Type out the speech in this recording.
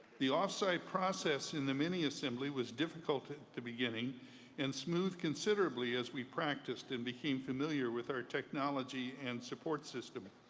the off-site process in the mini-assembly was difficult at the beginning and smoothed considerably as we practiced and became familiar with our technology and supported system.